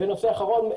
הנושא האחרון,